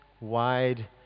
wide